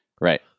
right